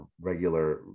regular